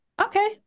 Okay